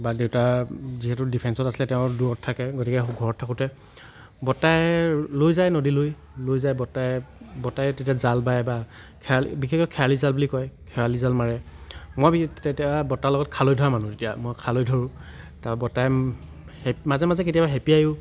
বা দেউতা যিহেতু ডিফেন্সত আছিলে তেওঁ দূৰত থাকে গতিকে ঘৰত থাকোতে বৰ্তাই লৈ যাই নদীলৈ লৈ যায় বৰতাই তেতিয়া জাল বায় বা খেয়া বিশেষকৈ খেয়ালি বিশেষকৈ খেজালি জাল বুলি কয় খেয়ালি জাল মাৰে মই তেতিয়া বৰ্তাৰ লগত খালৈ ধৰা মানুহ তেতিয়া মই খালৈ ধৰোঁ তাৰ পৰা বৰ্তাই মাজে মাজে কেতিয়াবা হেপিয়াইও